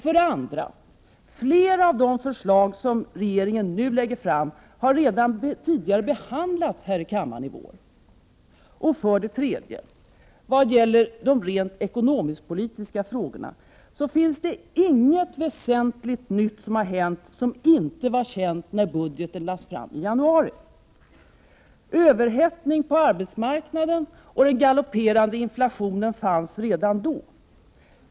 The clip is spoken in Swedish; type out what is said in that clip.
För det andra har flera av de förslag som regeringen nu lägger fram redan behandlats i kammaren tidigare i vår. För det tredje har vad gäller de rent ekonomiskpolitiska frågorna inget väsentligt nytt hänt som inte var känt när budgeten lades på riksdagens bord i januari. Överhettning på arbetsmarknaden och den galopperande inflationen fanns redan i januari.